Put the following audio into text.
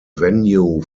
venue